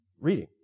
reading